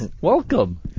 Welcome